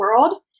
world